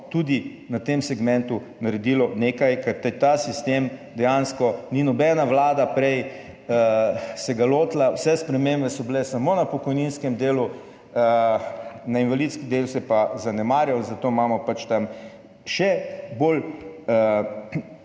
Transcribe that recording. tudi na tem segmentu naredilo nekaj. Dejansko se tega sistema nobena vlada prej ni lotila, vse spremembe so bile samo na pokojninskem delu, invalidski del se je pa zanemarjalo, zato imamo pač tam še bolj